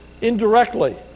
indirectly